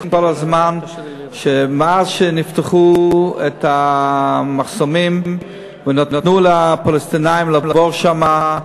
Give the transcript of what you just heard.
הזמן שמאז שנפתחו המחסומים ונתנו לפלסטינים לעבור שם,